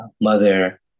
mother